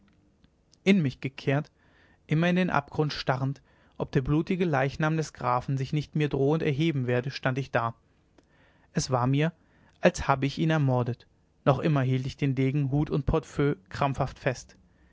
in mich gekehrt immer in den abgrund starrend ob der blutige leichnam des grafen sich nicht mir drohend erheben werde stand ich da es war mir als habe ich ihn ermordet noch immer hielt ich den degen hut und portefeuille krampfhaft fest